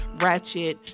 ratchet